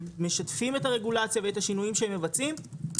הם משתפים את הרגולציה ואת השינויים שהם מבצעים,